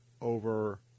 over